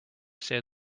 say